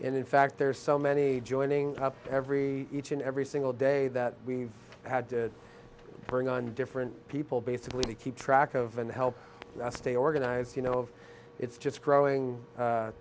and in fact there's so many joining up every each and every single day that we've had to bring on different people basically keep track of and help us stay organized you know it's just growing a